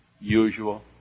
usual